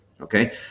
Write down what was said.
okay